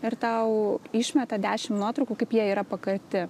ir tau išmeta dešim nuotraukų kaip jie yra pakarti